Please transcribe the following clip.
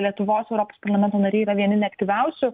lietuvos europos parlamento nariai yra vieni ne aktyviausių